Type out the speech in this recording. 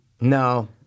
No